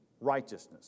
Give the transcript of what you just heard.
righteousness